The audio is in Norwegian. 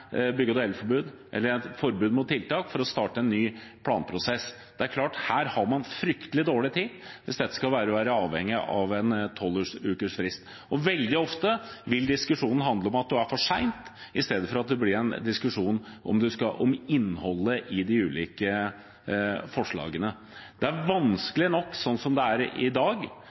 bygge- og deleforbud, eller et forbud mot tiltak, for å starte en ny planprosess. Det er klart at her har man fryktelig dårlig tid hvis dette skal være avhengig av en 12-ukersfrist. Veldig ofte vil diskusjonen handle om at man er for sen i stedet for at det blir en diskusjon om innholdet i de ulike forslagene. Det er vanskelig nok sånn som det er i dag